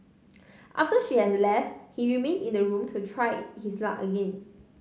after she had left he remained in the room to try his luck again